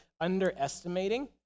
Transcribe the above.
underestimating